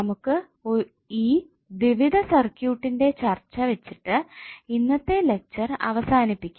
നമുക്കു ഈ ദ്വിവിധ സർക്യൂട്ടിന്റെ ചർച്ച വെച്ചിട്ട് ഇന്നത്തെ ലെക്ചർ അവസാനിപ്പിക്കാം